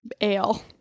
ale